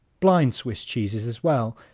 blind swiss cheeses as well,